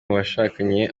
bashakanye